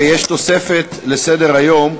יש תוספת לסדר-היום,